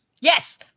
Yes